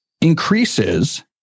increases